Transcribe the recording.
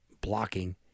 blocking